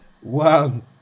One